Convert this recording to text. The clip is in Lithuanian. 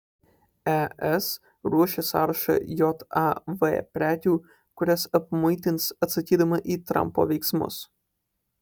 es ruošia sąrašą jav prekių kurias apmuitins atsakydama į trampo veiksmus